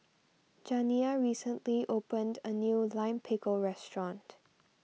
Janiyah recently opened a new Lime Pickle restaurant